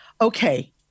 Okay